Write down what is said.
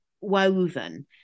woven